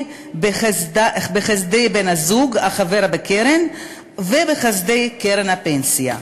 בחסדי בן-הזוג החבר בקרן ובחסדי קרן הפנסיה.